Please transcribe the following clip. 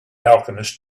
alchemist